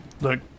Look